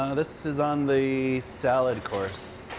ah this is on the salad course.